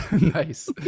Nice